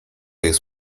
jest